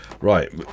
Right